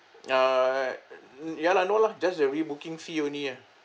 err ya lah no lah just the re-booking fee only ah